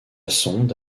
sonde